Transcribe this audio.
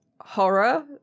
horror